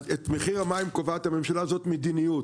את מחיר המים קובעת הממשלה הזאת מדיניות,